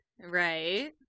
Right